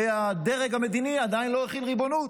והדרג המדיני עדיין לא החיל ריבונות.